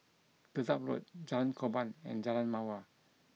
Dedap Road Jalan Korban and Jalan Mawar